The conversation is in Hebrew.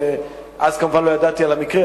אז כמובן לא ידעתי על המקרה,